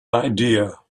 idea